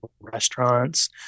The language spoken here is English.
restaurants